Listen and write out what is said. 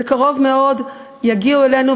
בקרוב מאוד יגיעו אלינו,